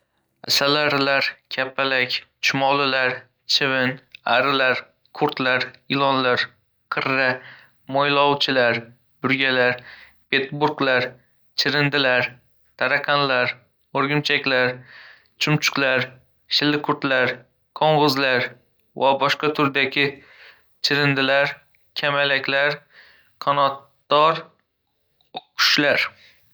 Asalarilar, kapalak, chumolilar, chivin, arilar, qoraqurt, ilonlar, qirra, mo‘ylovchilar, burgalar, bedbuglar, chirindilar, tarakanlar, o‘rgimchaklar, chumchuqlar, shilqimlar, qo‘ng‘izlar, boshqa turdagi chirindilar, kamalaklar, qanotdor oqqushlar.